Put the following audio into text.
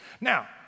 Now